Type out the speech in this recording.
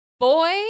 Boy